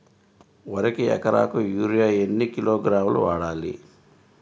వరికి ఎకరాకు యూరియా ఎన్ని కిలోగ్రాములు వాడాలి?